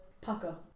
pucker